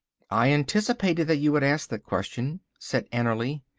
i anticipated that you would ask that question, said annerly,